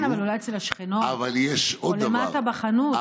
כן, אבל אולי אצל השכנות, או למטה בחנות, בכל זאת.